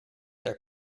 their